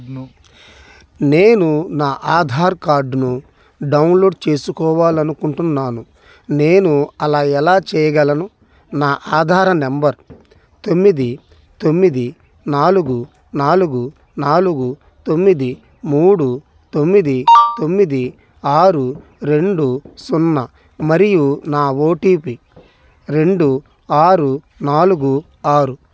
నేను నా ఆధార్ కార్డ్ను డౌన్లోడ్ చేసుకోవాలనుకుంటున్నాను నేను అలా ఎలా చెయ్యగలను నా ఆధార్ నంబర్ తొమ్మిది తొమ్మిది నాలుగు నాలుగు నాలుగు తొమ్మిది మూడు తొమ్మిది తొమ్మిది ఆరు రెండు సున్నా మరియు నా ఓటిపి రెండు ఆరు నాలుగు ఆరు